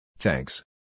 Thanks